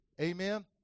Amen